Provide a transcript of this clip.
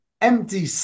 empty